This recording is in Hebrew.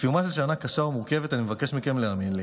בסיומה של שנה קשה ומורכבת אני מבקש מכם להאמין לי: